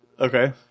Okay